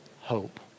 hope